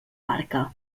barca